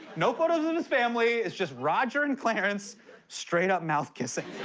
no photos of his family. it's just roger and clarence straight-up mouth kissing.